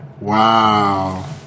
Wow